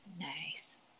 Nice